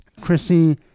Chrissy